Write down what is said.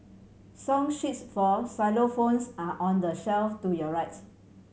song sheets for xylophones are on the shelf to your right